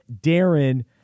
Darren